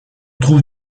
trouve